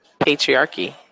patriarchy